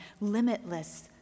limitless